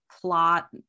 plot